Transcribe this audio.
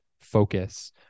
focus